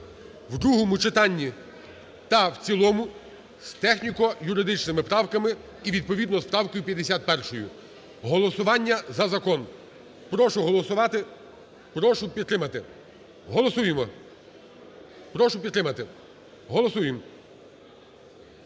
у другому читанні та в цілому з техніко-юридичними правками і відповідно з правкою 51. Голосування за закон. Прошу проголосувати, прошу підтримати. Голосуємо! Прошу підтримати. Голосуємо.